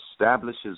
establishes